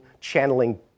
channeling